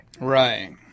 right